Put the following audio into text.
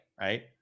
right